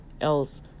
else